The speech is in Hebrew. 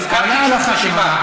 לא הזכרתי שום רשימה.